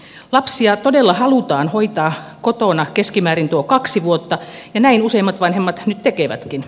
lapsia todella halutaan hoitaa kotona keskimäärin tuo kaksi vuotta ja näin useimmat vanhemmat nyt tekevätkin